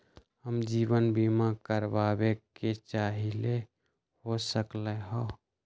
हम जीवन बीमा कारवाबे के चाहईले, हो सकलक ह?